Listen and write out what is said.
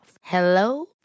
Hello